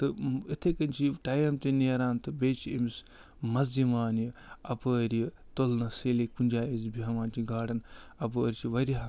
تہٕ یِتھَے کٔنۍ چھِ یہِ ٹایَم تہِ نیران تہٕ بیٚیہِ چھِ أمِس مَزٕ یِوان یہِ اپٲرۍ یہِ تُلنَس ییٚلہِ یہِ کُنہِ جایہِ أسۍ بیٚہوان چھِ گاڈَن اَپٲرۍ چھِ واریاہ